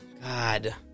God